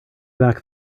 back